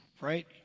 right